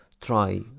try